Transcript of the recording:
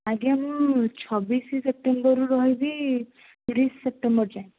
ଆଜ୍ଞା ମୁଁ ଛବିଶ ସେପ୍ଟେମ୍ବରରୁ ରହିବି ତିରିଶ ସେପ୍ଟେମ୍ବର ଯାଏଁ